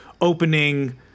opening